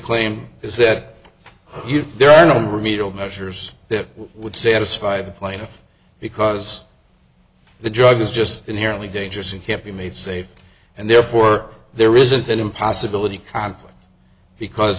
claim is that there are no remedial measures that would satisfy the plaintiff because the drug is just inherently dangerous and can't be made safe and therefore there isn't an impossibility